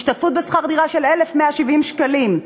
השתתפות בשכר דירה של 1,170 שקלים.